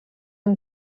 amb